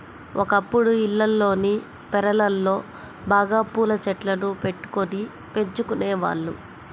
ఒకప్పుడు ఇళ్లల్లోని పెరళ్ళలో బాగా పూల చెట్లను బెట్టుకొని పెంచుకునేవాళ్ళు